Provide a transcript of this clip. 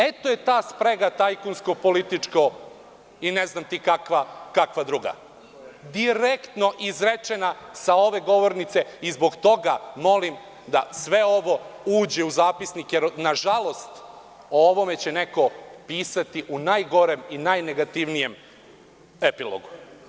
Eto je ta sprega tajkunsko-političko ili ne znam ti kakva druga, direktno izrečena sa ove govornice i zbog toga molim da sve ovo uđe u zapisnik, jer nažalost o ovome će neko pisati u najgorem i najnegativnijem epilogu.